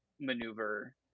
maneuver